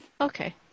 Okay